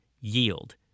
yield